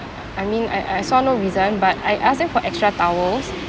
I mean I I saw no reason but I asked them for extra towels